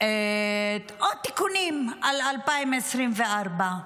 עוד תיקונים ל-2024.